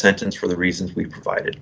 sentence for the reasons we provided